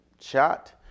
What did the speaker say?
shot